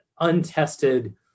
untested